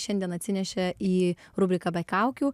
šiandien atsinešė į rubrika be kaukių